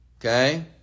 Okay